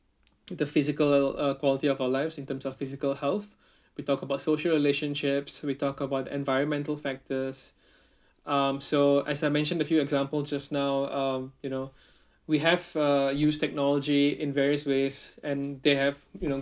the physical uh quality of our lives in terms of physical health we talk about social relationships we talk about the environmental factors um so as I mentioned a few examples just now um you know we have uh used technology in various ways and they have you know